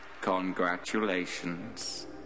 Congratulations